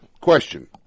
question